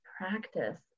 practice